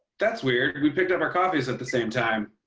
that's weird. we picked up our coffees at the same time.